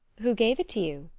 who gave it to you?